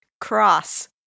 Cross